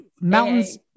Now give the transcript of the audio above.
Mountains